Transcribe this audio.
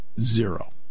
zero